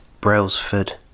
Brailsford